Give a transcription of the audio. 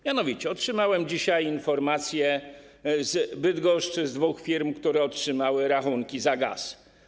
Mianowicie otrzymałem dzisiaj informację z Bydgoszczy z dwóch firm, które otrzymały rachunki za gaz.